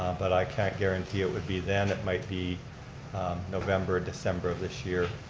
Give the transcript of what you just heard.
but i can't guarantee it would be then. it might be november or december of this year.